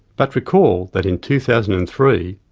but recall that in two thousand and three,